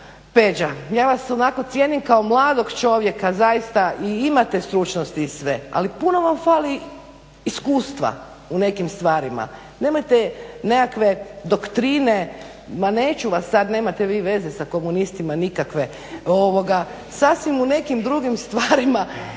Peđa, ja vas onako cijenim kao mladog čovjeka zaista i imate stručnosti i sve ali puno vam fali iskustva u nekim stvarima. Nemojte nekakve doktrine, ma neću vas sada nemate vi veze sa komunistima nikakve, sasvim u nekim drugim stvarima